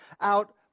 out